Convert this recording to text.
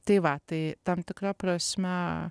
tai va tai tam tikra prasme